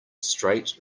straight